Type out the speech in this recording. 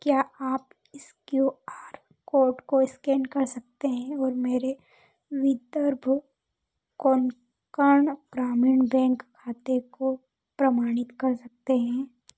क्या आप इस क्यू आर कोड को स्कैन कर सकते हैं और मेरे विदर्भ कोंकण ग्रामीण बैंक खाते को प्रमाणित कर सकते हैं